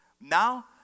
Now